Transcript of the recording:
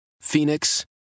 Phoenix